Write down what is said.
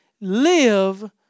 live